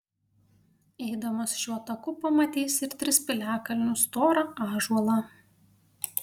eidamas šiuo taku pamatysi ir tris piliakalnius storą ąžuolą